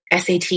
SAT